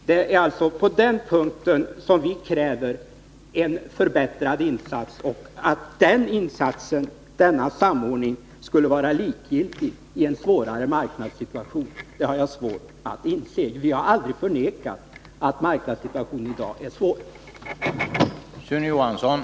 Det är alltså på den punkten som vi kräver förbättrade insatser, och jag har svårt att inse att en sådan samordning skulle vara likgiltig i denna svårare marknadssituation. Vi har aldrig förnekat att marknadssituationen i dag är besvärlig.